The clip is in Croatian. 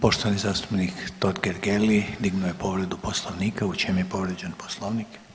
Poštovani zastupnik Totgergeli dignuo je povredu Poslovnika, u čem je povrijeđen Poslovnik?